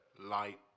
light